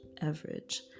average